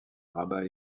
rabat